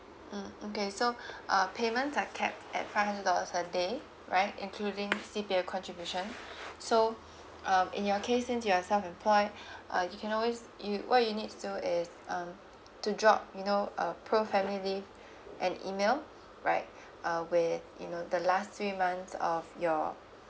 mm okay so uh payment are capped at five hundred dollars a day right including C_P_F contribution so um in your case since you are self employed uh you can always you what you need to do is um to drop you know uh pro family leave an email right uh with you know the last three months of your